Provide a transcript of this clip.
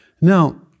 Now